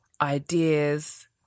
ideas